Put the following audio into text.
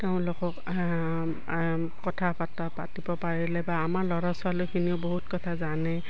তেওঁলোকক কথা পাত পাতিব পাৰিলে বা আমাৰ ল'ৰা ছোৱালীখিনিও বহুত কথা জানে